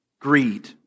greed